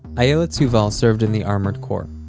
ayelet's yuval served in the armored corps.